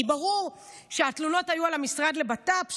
כי ברור שהתלונות היו על המשרד לבט"פ,